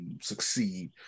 succeed